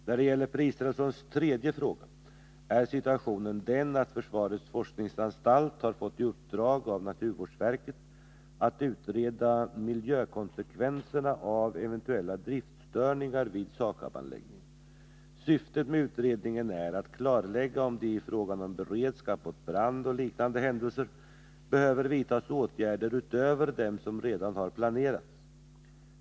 När det gäller Per Israelssons tredje fråga är situationen den att försvarets forskningsanstalt, FOA, har fått i uppdrag av naturvårdsverket att utreda miljökonsekvenserna av eventuella driftsstörningar vid SAKAB-anläggningen. Syftet med utredningen är att klarlägga om det i fråga om beredskap mot brand och liknande händelser behöver vidtas åtgärder utöver dem som redan har planerats.